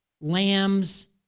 lambs